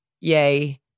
Yay